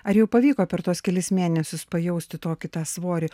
ar jau pavyko per tuos kelis mėnesius pajausti tokį tą svorį